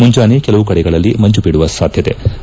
ಮುಂಜಾನೆ ಕೆಲವು ಕಡೆಗಳಲ್ಲಿ ಮಂಜು ಬೀಳುವ ಸಾಧ್ಯತೆಯಿದೆ